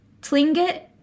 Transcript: Tlingit